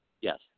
yes